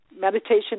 Meditation